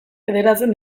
federatzen